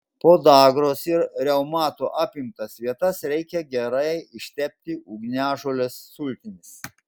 podagros ir reumato apimtas vietas reikia gerai ištepti ugniažolės sultimis